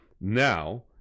Now